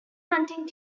hunting